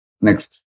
next